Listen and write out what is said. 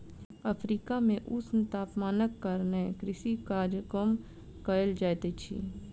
Africa मे ऊष्ण तापमानक कारणेँ कृषि काज कम कयल जाइत अछि